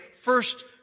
first